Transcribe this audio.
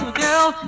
girl